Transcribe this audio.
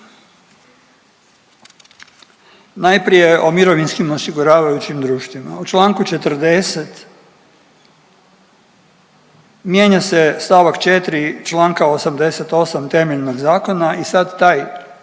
Najprije o mirovinskim osiguravajućim društvima. U članku 40. mijenja se stavak 4. članka 88. temeljnog zakona i sad taj